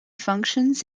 functions